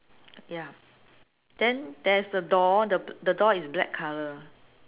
ya then there's a door the door is black colour